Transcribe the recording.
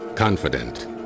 Confident